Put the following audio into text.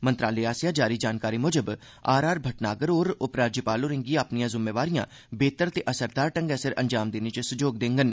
मंत्रालय आसेआ जारी जानकारी मुजब आर आर भटनागर होर उपराज्यपाल होरें गी अपनियां जुम्मेवारियां बेह्तर ते असरदार ढ़ंगै सिर अंजाम देने च सहयोग देंडन